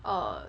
err